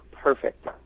Perfect